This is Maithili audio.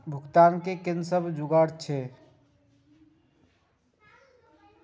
भुगतान के कि सब जुगार छे?